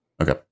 Okay